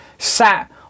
sat